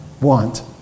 want